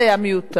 זה היה מיותר.